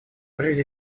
прежде